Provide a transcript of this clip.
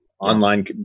online